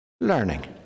learning